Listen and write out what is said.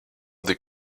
des